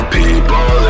people